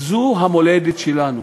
זו המולדת שלנו.